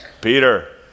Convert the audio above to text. Peter